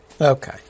okay